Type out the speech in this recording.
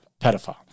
Pedophile